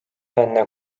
enne